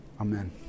Amen